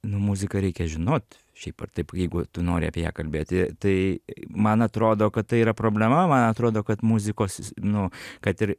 nu muziką reikia žinot šiaip ar taip jeigu tu nori apie ją kalbėti tai man atrodo kad tai yra problema man atrodo kad muzikos nu kad ir